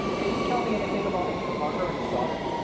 can you tell me anything about mr. parker and his daughter?